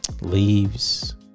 leaves